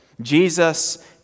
Jesus